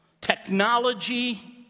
technology